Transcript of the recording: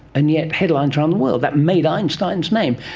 and yet headlines around the world, that made einstein's name.